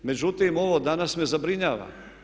Međutim ovo danas me zabrinjava.